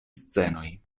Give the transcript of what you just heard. scenoj